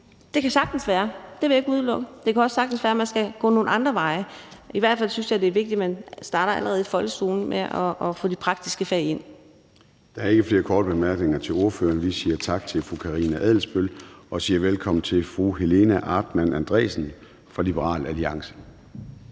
vi skal gøre det – det vil jeg ikke udelukke. Det kan også sagtens være, at man skal gå nogle andre veje. I hvert fald synes jeg, det er vigtigt, at man starter allerede i folkeskolen med at få de praktiske fag ind. Kl. 14:01 Formanden (Søren Gade): Der er ikke flere korte bemærkninger til ordføreren. Vi siger tak til fru Karina Adsbøl og siger velkommen til fru Helena Artmann Andresen fra Liberal Alliance.